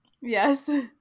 Yes